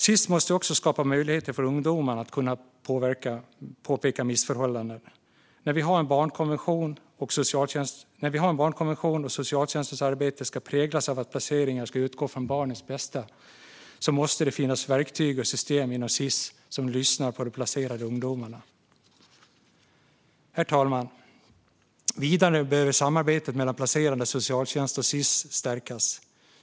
Sis måste också skapa möjligheter för ungdomarna att påpeka missförhållanden. När vi har en barnkonvention och socialtjänstens arbete ska präglas av att placeringar ska utgå från barnens bästa måste det finnas verktyg och system inom Sis som gör att man lyssnar på de placerade ungdomarna. Herr talman! Vidare behöver samarbetet mellan placerande socialtjänst och Sis stärkas.